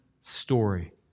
story